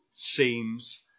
seems